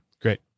Great